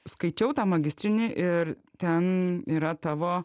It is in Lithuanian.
skaičiau tą magistrinį ir ten yra tavo